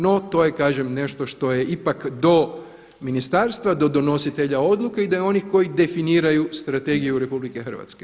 No to je kažem nešto je ipak do ministarstva, do donositelja odluke i do onih koji definiraju strategiju RH.